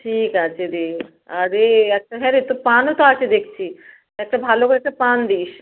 ঠিক আছে দে আর এ আচ্ছা হ্যাঁ রে এত পানও তো আছে দেখছি একটা ভালো করে একটা পান দিস